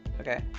Okay